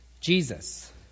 Jesus